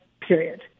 period